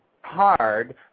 hard